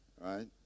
right